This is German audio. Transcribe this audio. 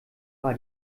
war